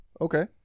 Okay